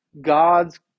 God's